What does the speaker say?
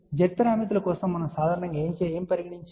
Z పారామితుల కోసం మనము సాధారణంగా ఏమి పరిగణిస్తాము